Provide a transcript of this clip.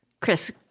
Chris